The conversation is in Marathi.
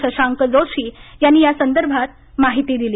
शशांक जोशी यांनी यासंदर्भातील माहिती दिली